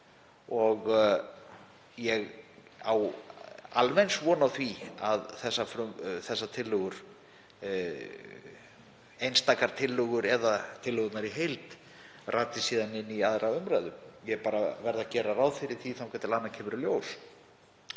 Ég á alveg eins von á því að þessar tillögur, einstakar tillögur eða tillögurnar í heild, rati síðan inn í 2. umr. Ég bara verð að gera ráð fyrir því þangað til annað kemur í ljós.